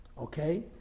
Okay